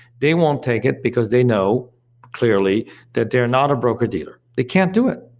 they won't take it because they know clearly that they're not a broker dealer. they can't do it.